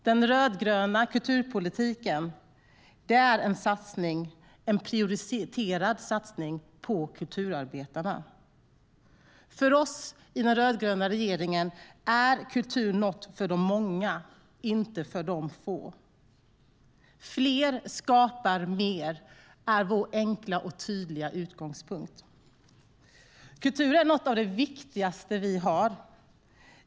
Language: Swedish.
Den rödgröna kulturpolitiken är en prioriterad satsning på kulturarbetarna. För oss i den rödgröna regeringen är kulturen något för de många, inte för de få. Fler skapar mer, är vår enkla och tydliga utgångspunkt. Kultur är något av det viktigaste vi har.